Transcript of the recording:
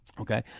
Okay